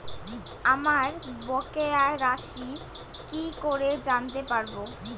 আমার বকেয়া রাশি কি করে জানতে পারবো?